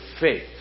faith